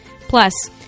Plus